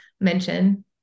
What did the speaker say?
mention